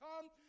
come